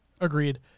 Agreed